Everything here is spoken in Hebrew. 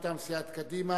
מטעם סיעת קדימה,